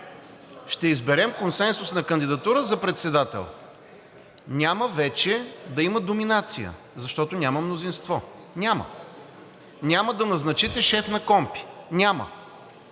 Ще изберем консенсусна кандидатура за председател. Няма вече да има доминация, защото няма мнозинство. Няма! Няма да назначите шеф на КПКОНПИ